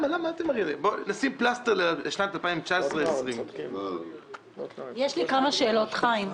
נשים פלסטר לשנת 2020-2019. חיים,